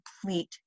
complete